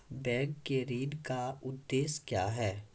Bank के ऋण का उद्देश्य क्या हैं?